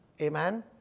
Amen